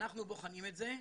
אנחנו בוחנים את זה.